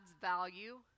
value